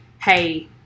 hey